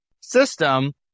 system